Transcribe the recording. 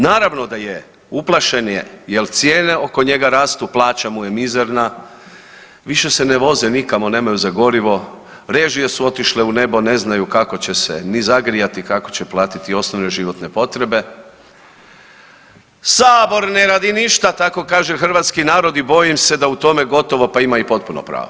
Naravno da je, uplašen je jer cijene oko njega rastu, plaća mu je mizerna, više se ne voze nikamo, nemaju za gorivo, režije su otišle u nebo, ne znaju kako će se ni zagrijati, kako će platiti osnovne životne potrebe, Sabor ne radi ništa, tako kaže hrvatski narod i bojim se da u tome gotovo pa ima i potpuno pravo.